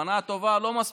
כוונה טובה, לא מספיק.